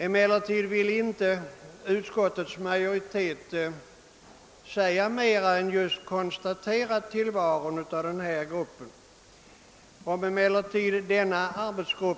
Utskottet vill emellertid inte göra annat än att konstatera existensen av denna arbetsgrupp.